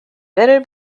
better